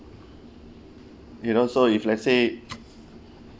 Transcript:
you know so if let's say